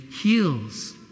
heals